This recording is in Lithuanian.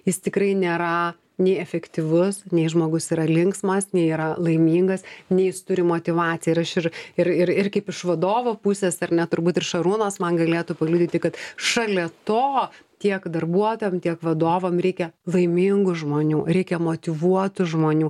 jis tikrai nėra nei efektyvus nei žmogus yra linksmas nei yra laimingas nei jis turi motyvaciją ir aš ir ir ir ir kaip iš vadovo pusės ar ne turbūt ir šarūnas man galėtų paliudyti kad šalia to tiek darbuotojam tiek vadovam reikia laimingų žmonių reikia motyvuotų žmonių